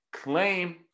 claim